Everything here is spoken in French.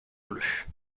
bleu